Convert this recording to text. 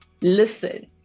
listen